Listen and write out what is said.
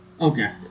Okay